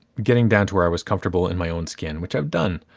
getting down to where i was comfortable in my own skin, which i've done.